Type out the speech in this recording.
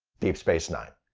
deep space nine.